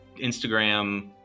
Instagram